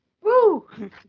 Woo